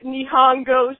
Nihongo